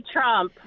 Trump